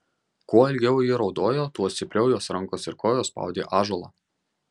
kuo ilgiau ji raudojo tuo stipriau jos rankos ir kojos spaudė ąžuolą